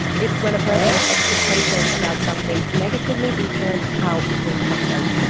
it's when a person's expectations about something negatively influence how it will affect them.